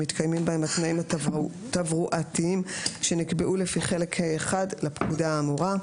שמתקיימים בהם התנאים התברואתיים שנקבעו לפי חלק ה1 לפקודה האמורה.